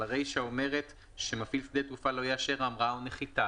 אבל הרישא אומרת שמפעיל שדה תעופה לא יאשר המראה או נחיתה.